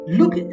look